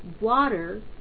water